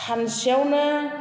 सानसेयावनो